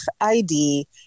id